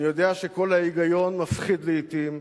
אני יודע שקול ההיגיון מפחיד לעתים,